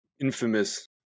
infamous